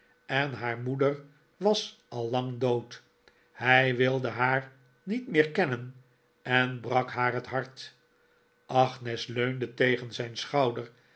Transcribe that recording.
en haar moeder was al lang dood hij wilde haar niet meer kennen en brak haar het hart agnes leunde tegen zijn schouder